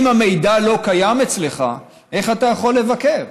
אם המידע לא קיים אצלך, איך אתה יכול לבקר?